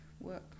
work